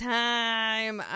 time